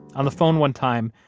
on the phone one time,